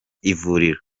ivuriro